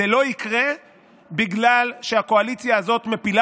זה לא יקרה בגלל שהקואליציה הזאת מפילה